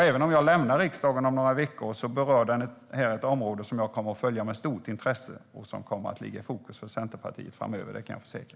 Även om jag lämnar riksdagen om några veckor berör den ett område som jag kommer att följa med stort intresse och som kommer att stå i fokus för Centerpartiet framöver - det kan jag försäkra.